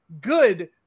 good